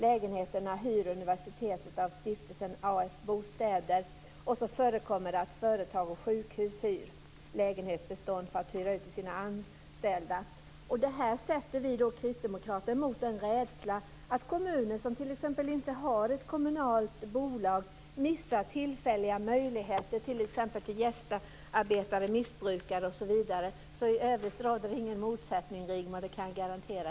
Lägenheterna hyr universitetet av Stiftelsen AF Bostäder. Dessutom förekommer det att företag och sjukhus hyr lägenhetsbestånd för att hyra ut till sina anställda. Detta sätter vi kristdemokrater mot en rädsla att kommuner som inte har ett kommunalt bolag missar möjligheter t.ex. för gästarbetare, missbrukare osv. I övrigt råder ingen motsättning, Rigmor Stenmark, det kan jag garantera.